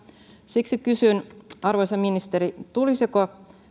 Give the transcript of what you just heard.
siksi kysyn arvoisa ministeri tulisiko